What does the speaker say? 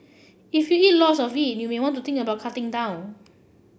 if you eat lots of it you may want to think about cutting down